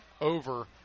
over